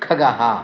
खगः